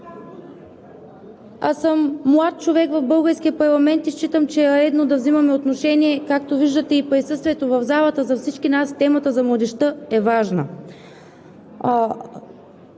а съм млад човек в българския парламент и считам, че е редно да взимаме отношение. Както виждате от присъствието в залата, на всички нас темата за младежта е важна.